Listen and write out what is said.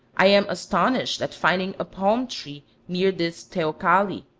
i am astonished at finding a palm-tree near this teocalli.